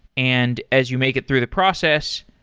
and as you make it through the process,